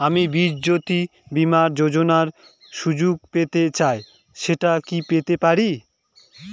আমি জীবনয্যোতি বীমা যোযোনার সুযোগ পেতে চাই সেটা কি পেতে পারি?